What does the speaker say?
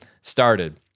started